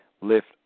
lift